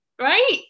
Right